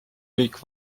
kõik